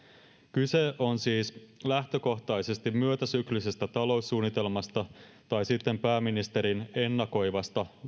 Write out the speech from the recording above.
kyse on siis lähtökohtaisesti myötäsyklisestä taloussuunnitelmasta tai sitten pääministerin ennakoivasta